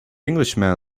englishman